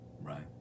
Right